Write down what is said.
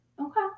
Okay